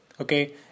okay